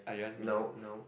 no nope